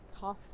tough